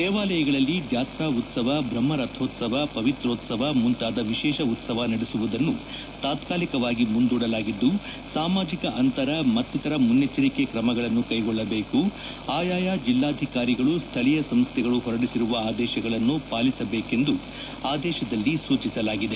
ದೇವಾಲಯಗಳಲ್ಲಿ ಜಾತ್ರಾ ಉತ್ಸವಗಳು ಬ್ರಹ್ಮ ರಥೋತ್ಸವ ಪವಿತ್ರೋತ್ಸವ ಮುಂತಾದ ವಿಶೇಷ ಉತ್ಸವ ನಡೆಸುವುದನ್ನು ತಾತ್ನಾಲಿಕವಾಗಿ ಮುಂದೂಡಲಾಗಿದ್ದು ಸಾಮಾಜಿಕ ಅಂತರ ಮತ್ತಿತರ ಮುನ್ನೆಚ್ಚರಿಕೆ ಕ್ರಮಗಳನ್ನು ಕೈಗೊಳ್ಳಬೇಕುಆಯಾಯ ಜಿಲ್ಲಾಧಿಕಾರಿಗಳು ಸ್ವೀಯ ಸಂಸ್ಥೆಗಳು ಹೊರಡಿಸಿರುವ ಆದೇಶಗಳನ್ನು ಪಾಲಿಸಬೇಕೆಂದು ಆದೇಶದಲ್ಲಿ ಸೂಚಿಸಲಾಗಿದೆ